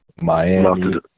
Miami